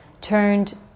turned